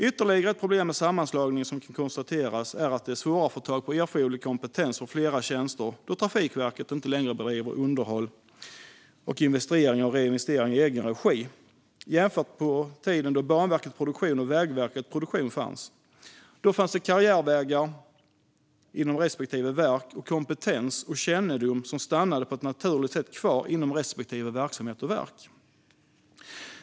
Ytterligare ett problem som kan konstateras med sammanslagningen är att det är svårare nu att få tag på erforderlig kompetens för flera tjänster då Trafikverket inte längre bedriver underhåll, investeringar och reinvesteringar i egen regi än när Banverket Produktion och Vägverket Produktion fanns. Då fanns det karriärvägar inom respektive verk, och kompetens och kännedom stannade på ett naturligt sätt kvar inom respektive verksamhet och verk.